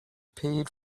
paid